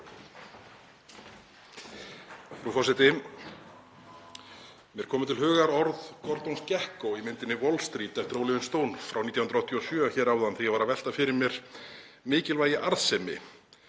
Frú forseti. Mér komu til hugar orð Gordons Gekkos í myndinni Wall Street eftir Oliver Stone frá 1987 hér áðan þegar ég var að velta fyrir mér mikilvægi arðsemi.